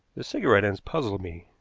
the cigarette-ends puzzled me.